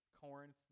Corinth